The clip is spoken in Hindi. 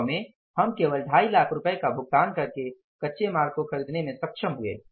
वास्तव में हम केवल 25 लाख का भुगतान करके कच्चे माल को खरीदने में सक्षम हुए